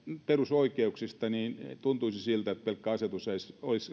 perusoikeuksia niin tuntuisi siltä että pelkkä asetus ei olisi